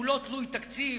שהוא לא תלוי תקציב,